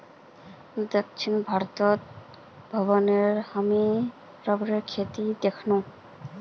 दक्षिण भारतेर भ्रमणत हामी रबरेर खेती दखनु